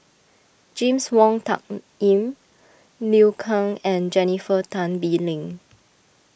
James Wong Tuck Yim Liu Kang and Jennifer Tan Bee Leng